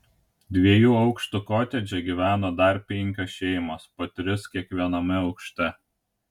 dviejų aukštų kotedže gyveno dar penkios šeimos po tris kiekviename aukšte